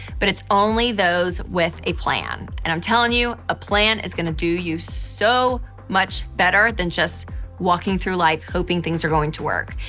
but it's only those with a plan. and i'm telling you, a plan is gonna do you so much better than just walking through life hoping things are going to work.